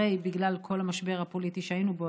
הרי בגלל כל המשבר הפוליטי שהיינו בו